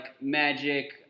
magic